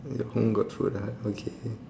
your home got food ah okay